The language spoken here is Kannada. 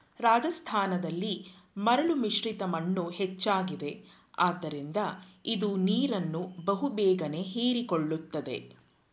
ರಾಜಸ್ಥಾನದಲ್ಲಿ ಮರಳು ಮಿಶ್ರಿತ ಮಣ್ಣು ಹೆಚ್ಚಾಗಿದೆ ಆದ್ದರಿಂದ ಇದು ನೀರನ್ನು ಬಹು ಬೇಗನೆ ಹೀರಿಕೊಳ್ಳುತ್ತದೆ